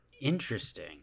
Interesting